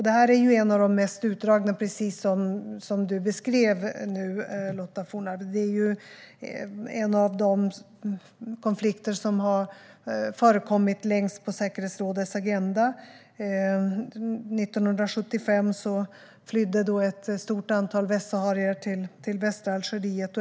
Den här konflikten är en av de mest utdragna, precis som Lotta Johnsson Fornarve beskrev, och en av dem som har förekommit längst på säkerhetsrådets agenda. År 1975 flydde ett stort antal västsaharier till västra Algeriet.